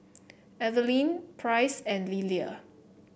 Evelin Price and Lillia